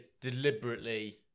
deliberately